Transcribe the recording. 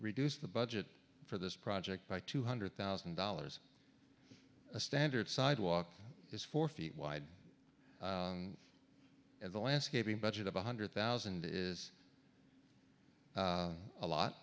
reduced the budget for this project by two hundred thousand dollars a standard sidewalk is four feet wide and the landscaping budget of one hundred thousand is a lot